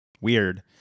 Weird